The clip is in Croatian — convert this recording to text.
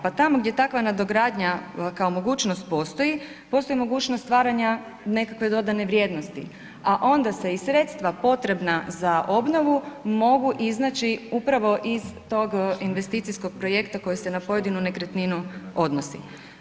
Pa tamo gdje takva nadogradnja kao mogućnost postoji, postoji mogućnost stvaranja nekakve dodane vrijednosti, a onda se i sredstva potrebna za obnovu mogu iznaći upravo iz tog investicijskog projekta koji se na pojedinu nekretninu odnosi.